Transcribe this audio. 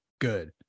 good